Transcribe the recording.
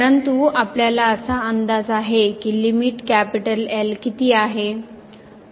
परंतु आपल्याला असा अंदाज आहे की लिमिट L किती आहे